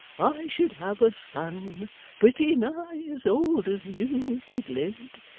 i should have a son pretty nigh as old as you if he'd lived,